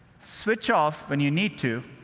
switch off when you need to,